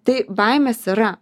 tai baimės yra